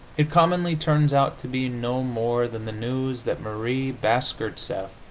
it commonly turns out to be no more than the news that marie bashkirtseff,